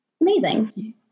Amazing